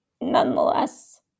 nonetheless